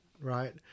right